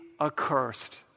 accursed